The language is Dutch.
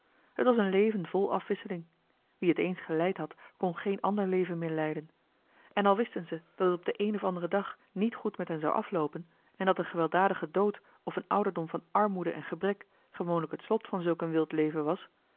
t was een leven vol afwisseling wie het eens geleid had kon geen ander leven meer leiden en al wisten ze dat het op den een of anderen dag niet goed met hen zou afloopen en dat een gewelddadige dood of een ouderdom van armoede en gebrek gewoonlijk het slot van zulk een wild leven was